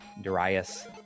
Darius